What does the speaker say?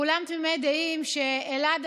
כולם תמימי דעים שאילת,